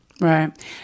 Right